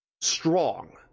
strong